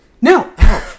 No